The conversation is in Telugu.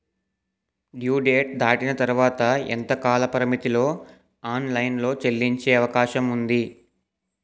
డ్యూ డేట్ దాటిన తర్వాత ఎంత కాలపరిమితిలో ఆన్ లైన్ లో చెల్లించే అవకాశం వుంది?